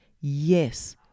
yes